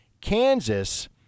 kansas